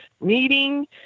meeting